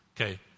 Okay